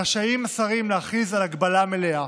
רשאים השרים להכריז על הגבלה מלאה.